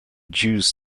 jews